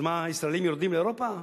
אז מה, הישראלים יורדים לאירופה?